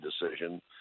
decision